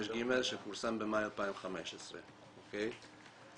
דוח מבקר המדינה 65ג שפורסם במאי 2015. זה